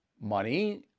money